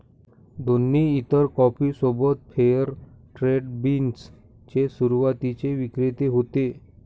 दोन्ही इतर कॉफी सोबत फेअर ट्रेड बीन्स चे सुरुवातीचे विक्रेते होते